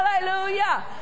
hallelujah